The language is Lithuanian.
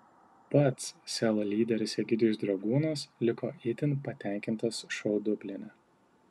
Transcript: pats sel lyderis egidijus dragūnas liko itin patenkintas šou dubline